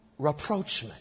reproachment